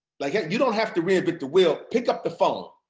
like yeah you don't have to reinvent the wheel, pick up the phone,